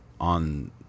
on